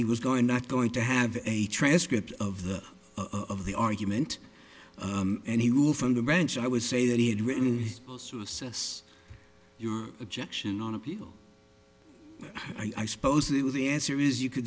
he was going not going to have a transcript of the of the argument and he will from the ranch i would say that he had written his post to assess your objection on appeal i suppose it was the answer is you could